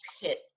hit